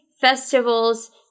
festivals